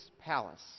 palace